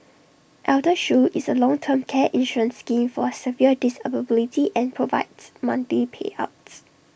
eldershield is A long term care insurance scheme for severe disability and provides monthly payouts